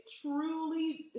truly